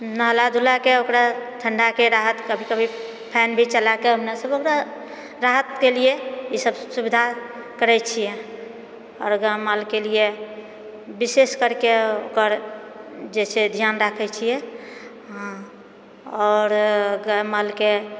नहलाधुलाके ओकरा ठन्डाके राहत कभी कभी फैन भी चलाके हमरासब ओकरा राहतके लिए ई सब सुविधा करैत छिए आओर गायमालके लिए विशेषकरके ओकर जे छै ध्यान राखए छिऐ हँ आओर गायमालके